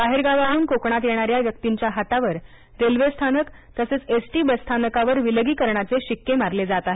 बाहेरगावाहून कोकणात येणाऱ्या व्यक्तींच्या हातावर रेल्वे स्थानक तसेच एसटी बसस्थानकावर विलगीकरणाचे शिक्के मारले जात आहे